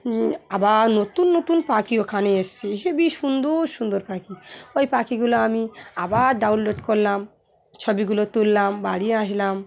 আবার নতুন নতুন পাখি ওখানে এসছে খেবই সুন্দর সুন্দর পাখি ওই পাখিগুলো আমি আবার ডাউনলোড করলাম ছবিগুলো তুললাম বাড়িয়ে আসলাম